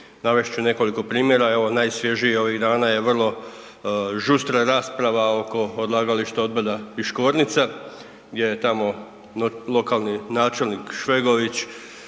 Navest ću nekoliko primjera, evo najsvježiji ovih dana je vrlo žustra rasprava oko odlagališta otpada Piškornica gdje je tamo lokalni načelnik Švegović